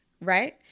Right